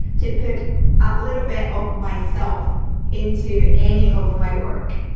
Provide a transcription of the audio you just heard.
tippett a little bit of myself into any of my work.